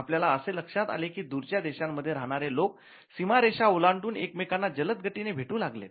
आपल्या असे लक्षात आले की दूरच्या देशांमध्ये राहणारे लोक सीमारेषा ओलांडून एकमेकांना जलद गतीने भेटू लागलेत